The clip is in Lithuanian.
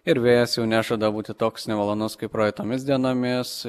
ir vėjas jau nežada būti toks nemalonus kaip praeitomis dienomis